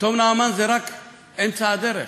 תום נעמן זה רק אמצע הדרך,